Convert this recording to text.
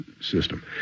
system